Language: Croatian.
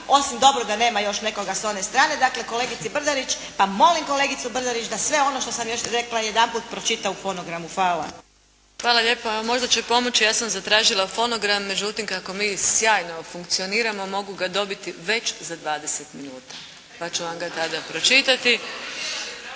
osim dobro da nema još nekoga s one strane, dakle kolegici Brdarić, pa molim kolegicu Brdarić da sve ono što sam rekla, još jedanput pročita u fonogramu. Hvala. **Adlešič, Đurđa (HSLS)** Hvala lijepa. Možda će pomoći, ja sam zatražila fonogram, međutim kako mi sjajno funkcioniramo, mogu ga dobiti već za 20 minuta pa ću vam ga tada pročitati.